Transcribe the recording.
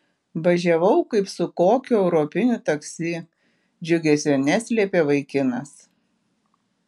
važiavau kaip su kokiu europiniu taksi džiugesio neslėpė vaikinas